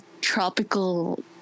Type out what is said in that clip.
tropical